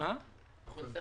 אבל נצטרך